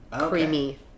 creamy